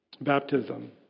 baptism